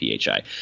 PHI